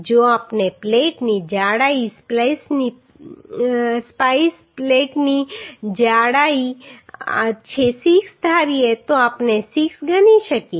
જો આપણે પ્લેટની જાડાઈ સ્પ્લાઈસ પ્લેટની જાડાઈ 6 ધારીએ તો આપણે 6 ગણી શકીએ